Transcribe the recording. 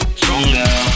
stronger